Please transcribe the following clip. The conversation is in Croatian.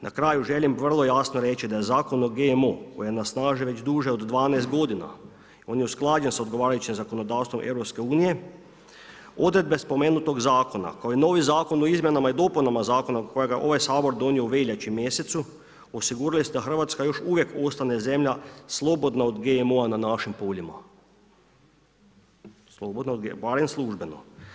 Na kraju želim vrlo jasno reći da Zakon o GMO koji je na snazi već duže od 12 godina, on je usklađen sa odgovarajućim zakonodavstvom EU, odredbe spomenutog zakona kao i novi zakon o izmjenama i dopunama Zakona kojega je ovaj Sabor donio u veljači mjesecu osigurali ste da Hrvatska još uvijek ostane zemlja slobodna od GMO-a na našim poljima, barem službeno.